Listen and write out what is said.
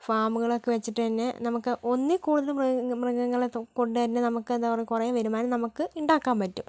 ഫാമുകളൊക്കെ വെച്ചിട്ടുതന്നെ നമുക്ക് ഒന്നിൽ കൂടുതൽ മൃഗം മൃഗങ്ങളെക്കൊണ്ടു തന്നെ നമുക്ക് എന്താ പറയാ കുറെ വരുമാനം നമുക്ക് ഉണ്ടാക്കാൻ പറ്റും